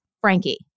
Frankie